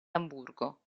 amburgo